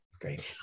Great